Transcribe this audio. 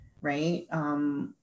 Right